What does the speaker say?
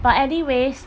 but anyways